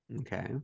Okay